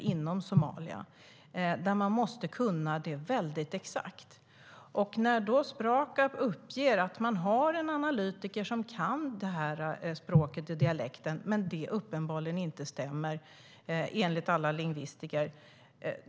Vid en språkanalys måste man kunna detta väldigt exakt. Sprakab uppger att man har en analytiker som kan denna dialekt, men det stämmer inte enligt alla lingvistiker.